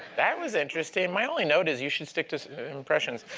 that was interesting. my only note is you should stick to impressions.